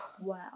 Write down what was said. wow